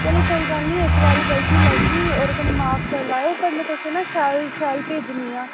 चलो कोई गल्ल नीं इक बारी गलती लग्गी ओह्दे कन्नै माफ करी लै एह् ओ ते में शैल शैल भेजनियां